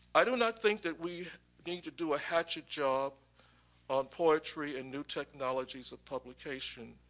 i do not think that we need to do a hatchet job on poetry and new technologies of publication.